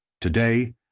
Today